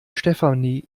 stefanie